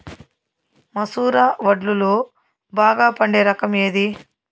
మసూర వడ్లులో బాగా పండే రకం ఏది?